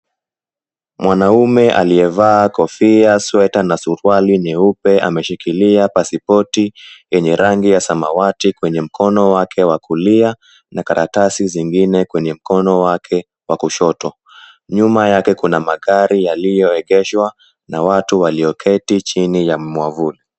Mwanaume aliyevaa kofia sweater na suruali nyeupe ameshikilia pasipoti ya rangi ya samawati kwenye mkono wake wa kulia na karatasi zingine kwenye mkono wake wa kushoto, nyuma yake kuna magari yaliyoegeshwa na watu watatu walioketi chini ya mwavuli.